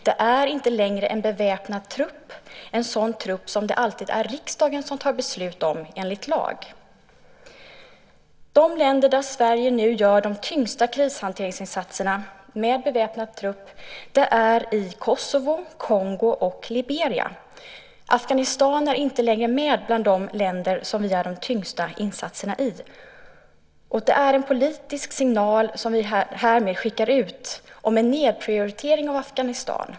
Det är inte längre en beväpnad trupp, en sådan trupp som riksdagen tar beslut om enligt lag. De länder där Sverige nu gör de tyngsta krishanteringsinsatserna med beväpnad trupp är Kosovo, Kongo och Liberia. Afghanistan är inte längre med bland de länder som vi gör de tyngsta insatserna i. Det är en politisk signal som vi härmed skickar ut om en nedprioritering av Afghanistan.